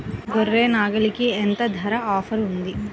గొర్రె, నాగలికి ఎంత ధర ఆఫర్ ఉంది?